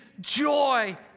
joy